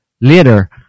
later